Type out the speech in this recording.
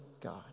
God